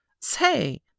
Say